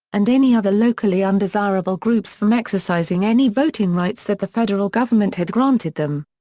and any other locally undesirable groups from exercising any voting rights that the federal government had granted them.